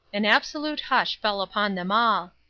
an absolute hush fell upon them all.